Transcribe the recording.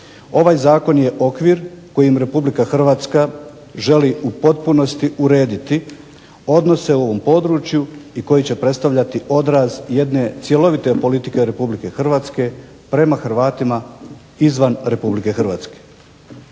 ovaj zakon je okvir kojim Republika Hrvatska želi u potpunosti urediti odnose u ovom području i koji će predstavljati odraz jedne cjelovite politike Republike Hrvatske prema Hrvatima izvan Republike Hrvatske.